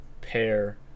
pair